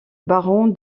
baron